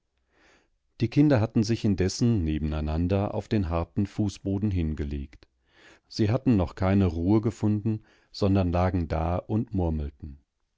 die kinder hatten sich indessen nebeneinander auf den harten fußboden hingelegt sie hatten noch keine ruhe gefunden sondern lagen da und murmelten